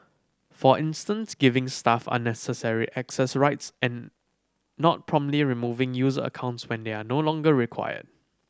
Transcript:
for instance giving staff unnecessary access rights and not promptly removing user accounts when they are no longer required